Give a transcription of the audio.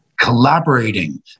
collaborating